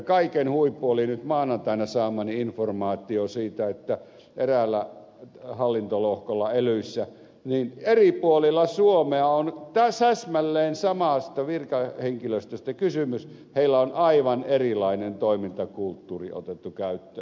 kaiken huippu oli nyt maanantaina saamani informaatio siitä että eräällä hallintolohkolla elyissä eri puolilla suomea vaikka on täsmälleen samasta virkahenkilöstöstä kysymys on aivan erilainen toimintakulttuuri otettu käyttöön